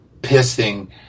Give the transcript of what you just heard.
pissing